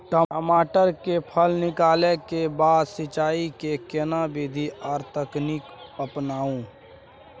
टमाटर में फल निकलला के बाद सिंचाई के केना विधी आर तकनीक अपनाऊ?